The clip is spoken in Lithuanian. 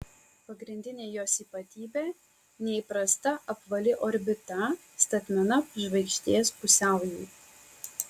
pagrindinė jos ypatybė neįprasta apvali orbita statmena žvaigždės pusiaujui